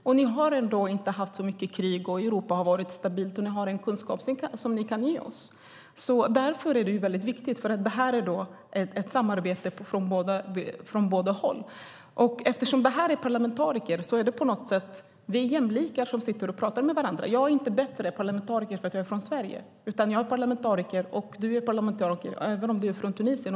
De menar att vi inte har haft så mycket krig, Europa har varit stabilt och vi har en kunskap som vi kan ge av. Det här är ett samarbete från båda håll, och därför är det väldigt viktigt. Eftersom det handlar om parlamentariker är det på något sätt jämlikar som sitter och pratar med varandra. Jag är inte en bättre parlamentariker för att jag är från Sverige, utan jag är parlamentariker och du är parlamentariker även om du är från Tunisien.